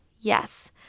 Yes